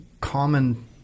common